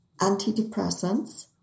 Antidepressants